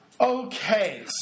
Okay